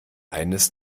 eines